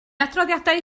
adroddiadau